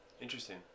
Interesting